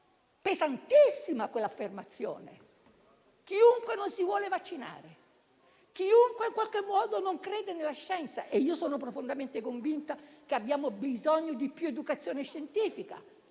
fatto, nei confronti di chiunque non si vuole vaccinare, chiunque in qualche modo non crede nella scienza. Io sono profondamente convinta che abbiamo bisogno di più educazione scientifica,